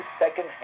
second